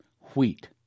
wheat